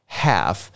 half